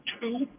two